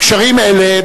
קשרים אלה,